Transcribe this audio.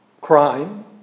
crime